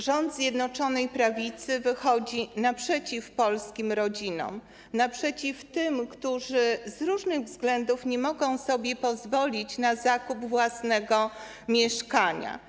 Rząd Zjednoczonej Prawicy wychodzi naprzeciw polskim rodzinom, naprzeciw tym, którzy z różnych względów nie mogą sobie pozwolić na zakup własnego mieszkania.